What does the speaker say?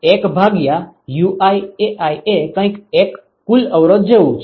તો 1 ભાગ્યા UiAi એ કંઈક એક કુલ અવરોધ જેવું છે